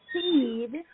seed